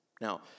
Now